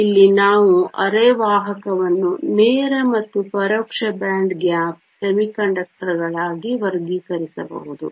ಆದ್ದರಿಂದ ಇಲ್ಲಿ ನಾವು ಅರೆವಾಹಕವನ್ನು ನೇರ ಮತ್ತು ಪರೋಕ್ಷ ಬ್ಯಾಂಡ್ ಗ್ಯಾಪ್ ಅರೆವಾಹಕಗಳಾಗಿ ವರ್ಗೀಕರಿಸಬಹುದು